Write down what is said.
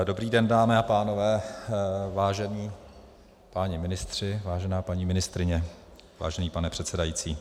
Dobrý den, dámy a pánové, vážení páni ministři, vážená paní ministryně, vážený pane předsedající.